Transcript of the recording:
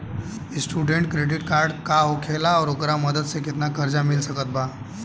Student credit card का होखेला और ओकरा मदद से केतना कर्जा मिल सकत बा?